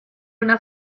una